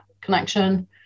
connection